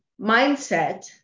mindset